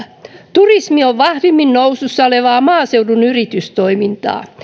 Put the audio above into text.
turismi on vahvimmin nousussa olevaa maaseudun yritystoimintaa